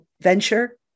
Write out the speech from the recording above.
venture